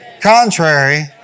contrary